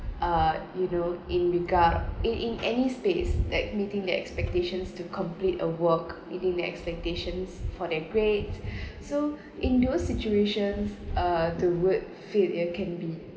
uh you know in regard it in any space that meeting their expectations to complete a work within the expectations for their grades so in those situations uh toward failure can be